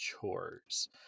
chores